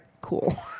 Cool